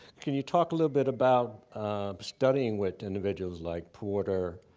can you talk a little bit about studying what individuals like porter,